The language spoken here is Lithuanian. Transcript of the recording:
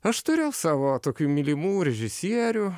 aš turiu savo tokių mylimų režisierių